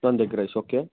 ಒಂದು egg rice okay